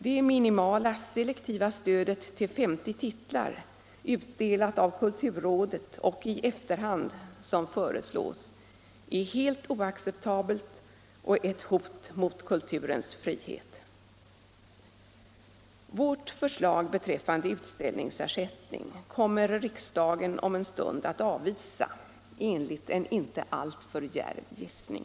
Det minimala selektiva stödet till 50 titlar, utdelat av kulturrådet — Nr 37 och i efterhand, som föreslås, är helt oacceptabelt och ett hot mot kul Torsdagen den turens frihet. 13 mars 1975 Vårt förslag beträffande utställningsersättning kommer riksdagen om IL en stund att avvisa — enligt en inte alltför djärv gissning.